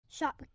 Shop